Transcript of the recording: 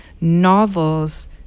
novels